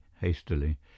hastily